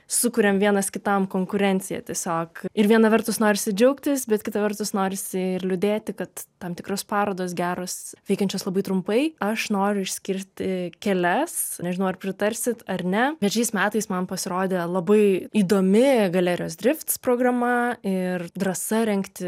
sukuriam vienas kitam konkurenciją tiesiog ir viena vertus norisi džiaugtis bet kita vertus norisi ir liūdėti kad tam tikros parodos geros veikiančios labai trumpai aš noriu išskirti kelias nežinau ar pritarsit ar ne bet šiais metais man pasirodė labai įdomi galerijos drift programa ir drąsa rengti